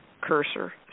cursor